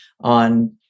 on